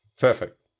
Perfect